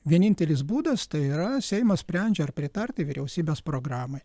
vienintelis būdas tai yra seimas sprendžia ar pritarti vyriausybės programai